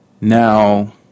now